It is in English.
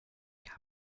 where